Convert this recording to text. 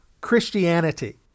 Christianity